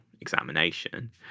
examination